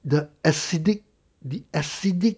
the acidic the acidic